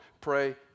pray